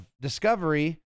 discovery